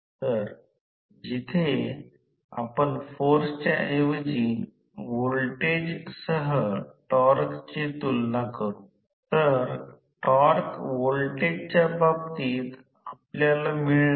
तर काही संख्यात्मक माहिती मिळवण्यासाठी निव्वळ यांत्रिकी उर्जा उत्पादन मिळविण्यासाठी वळण आणि घर्षण तोट्यातून आणखी वजा करणे आवश्यक आहे